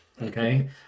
Okay